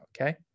Okay